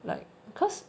like because